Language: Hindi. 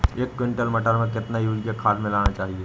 एक कुंटल मटर में कितना यूरिया खाद मिलाना चाहिए?